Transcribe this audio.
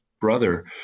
brother